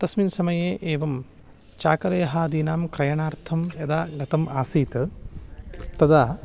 तस्मिन् समये एवं चाकलेहादीनां क्रयणार्थं यदा गतम् आसीत् तदा